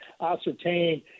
ascertain